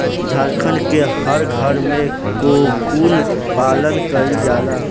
झारखण्ड के हर घरे में कोकून पालन कईला जाला